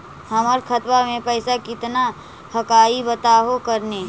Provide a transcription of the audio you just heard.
हमर खतवा में पैसा कितना हकाई बताहो करने?